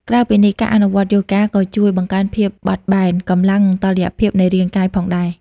ក្រៅពីនេះ ការអនុវត្តយូហ្គាក៏ជួយ បង្កើនភាពបត់បែន កម្លាំង និងតុល្យភាព នៃរាងកាយផងដែរ។